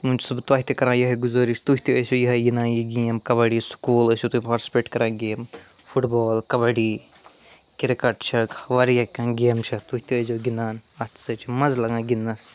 وۄنۍ چھُس بہٕ توہہِ تہِ کران یِہٲے گُزٲرِش تُہۍ تہِ ٲسِو یِہاے گِنٛدان یہِ گیم کَبَڈی سُکوٗل ٲسِو تُہۍ پارٹِسِپیٹ کران گیم فُٹبال کَبَڈی کِرکَٹ چھِ واریاہ کیٚنٛہہ گیمہٕ چھِ تُہۍ تہِ ٲسِزیٛو گِنٛدان اَتھ ہسا چھُ مَزٕ لَگان گِنٛدنَس